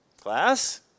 Class